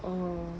or